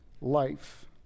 life